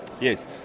Yes